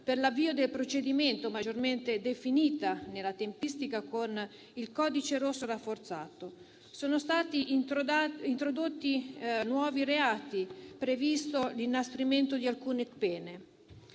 per l'avvio del procedimento, maggiormente definita nella tempistica con il codice rosso rafforzato, sono stati introdotti nuovi reati, è stato previsto l'inasprimento di alcune pene.